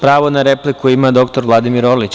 Pravo na repliku ima dr Vladimir Orlić.